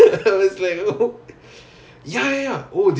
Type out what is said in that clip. !huh! double roll காற்றிலே:kaatrile